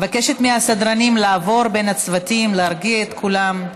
אני מבקשת מהסדרנים לעבור בין הצוותים ולהרגיע את כולם.